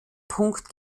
punkt